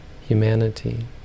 humanity